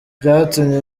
byatumye